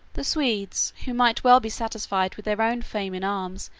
the swedes, who might well be satisfied with their own fame in arms,